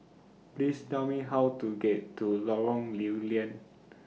Please Tell Me How to get to Lorong Lew Lian